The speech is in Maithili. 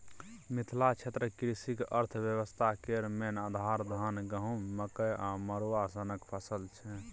मिथिला क्षेत्रक कृषि अर्थबेबस्था केर मेन आधार, धान, गहुँम, मकइ आ मरुआ सनक फसल छै